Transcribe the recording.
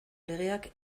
legeak